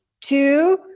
two